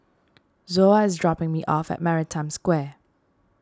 Zoa is dropping me off at Maritime Square